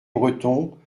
breton